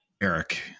Eric